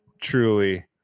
truly